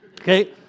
Okay